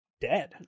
dead